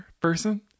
person